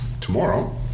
tomorrow